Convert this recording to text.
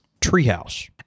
Treehouse